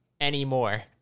anymore